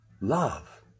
love